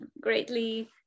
greatly